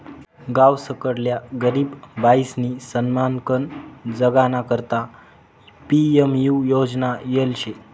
गावसकडल्या गरीब बायीसनी सन्मानकन जगाना करता पी.एम.यु योजना येल शे